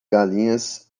galinhas